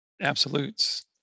absolutes